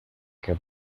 que